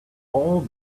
all